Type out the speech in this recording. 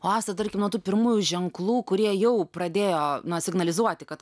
o asta tarkim nu tų pirmųjų ženklų kurie jau pradėjo na signalizuoti kad